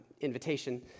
invitation